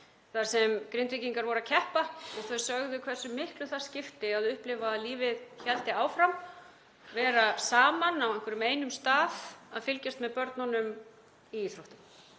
þar sem Grindvíkingar voru að keppa og þau sögðu hversu miklu það skipti að upplifa að lífið héldi áfram, að vera saman á einhverjum einum stað að fylgjast með börnunum í íþróttum.